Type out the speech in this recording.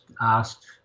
asked